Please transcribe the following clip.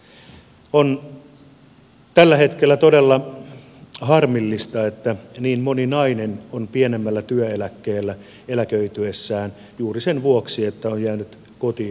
on tällä hetkellä todella harmillista että niin moni nainen on pienemmällä työeläkkeellä eläköityessään juuri sen vuoksi että on jäänyt kotiin hoitamaan lapsiaan